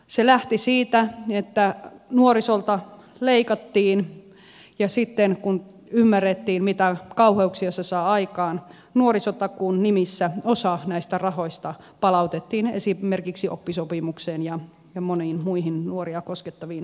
se lähti siitä että nuorisolta leikattiin ja sitten kun ymmärrettiin mitä kauheuksia se saa aikaan nuorisotakuun nimissä osa näistä rahoista palautettiin esimerkiksi oppisopimukseen ja moniin muihin nuoria koskettaviin toimiin